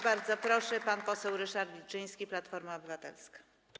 Bardzo proszę, pan poseł Ryszard Wilczyński, Platforma Obywatelska.